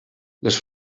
les